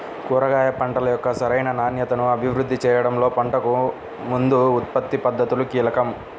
కూరగాయ పంటల యొక్క సరైన నాణ్యతను అభివృద్ధి చేయడంలో పంటకు ముందు ఉత్పత్తి పద్ధతులు కీలకం